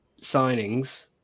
signings